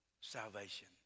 salvation